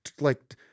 like-